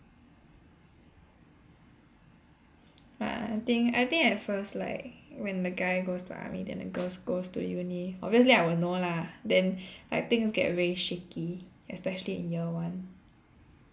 but I think I think at first like when the guy goes to army then the girls goes to uni obviously I won't know lah then like things get very shaky especially in year one